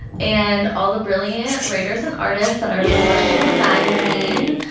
and all the brilliant writers and artists that are published in the magazine,